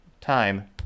time